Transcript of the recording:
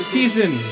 Season